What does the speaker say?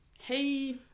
Hey